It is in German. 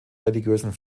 religiösen